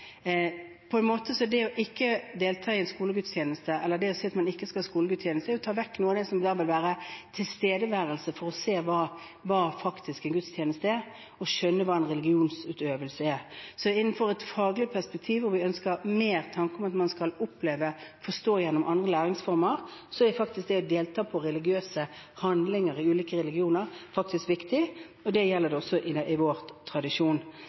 det ikke å delta i en skolegudstjeneste, eller det å si at man ikke skal ha skolegudstjeneste, å ta vekk noe av det som vil være en tilstedeværelse for å se hva en gudstjeneste faktisk er, og skjønne hva religionsutøvelse er. Så innenfor et faglig perspektiv hvor vi ønsker mer av tanker om at man skal forstå og oppleve gjennom andre læringsformer, er det å delta ved religiøse handlinger i ulike religioner viktig. Det gjelder også i vår tradisjon.